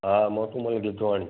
हा मोटूमल गिदवाणी